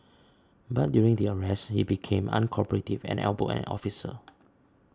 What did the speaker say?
but during the arrest he became uncooperative and elbowed an officer